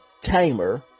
tamer